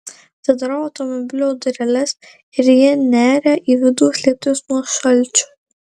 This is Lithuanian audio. atidarau automobilio dureles ir ji neria į vidų slėptis nuo šalčio